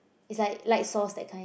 is like light sauce that kind